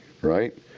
right